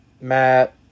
Matt